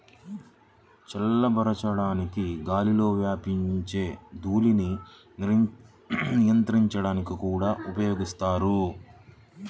చల్లబరచడానికి గాలిలో వ్యాపించే ధూళిని నియంత్రించడానికి కూడా ఉపయోగిస్తారు